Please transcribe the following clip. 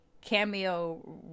cameo